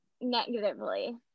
negatively